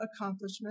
accomplishment